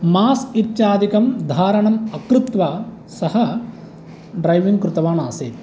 mask इत्यादिकं धारणम् अकृत्वा सः ड्रैविङ्ग् कृतवान् आसीत्